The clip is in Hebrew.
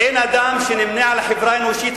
אין אדם שנמנה עם החברה האנושית,